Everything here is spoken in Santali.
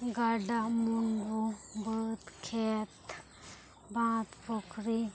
ᱜᱟᱰᱟ ᱢᱩᱰᱩ ᱵᱟᱹᱫᱽ ᱠᱷᱮᱛ ᱵᱟᱸᱫᱽ ᱯᱩᱠᱷᱨᱤ